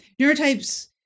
Neurotypes